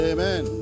Amen